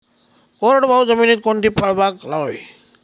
कोरडवाहू जमिनीत कोणती फळबाग लावावी?